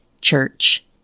church